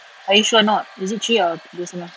are you sure or not is it three or dua setengah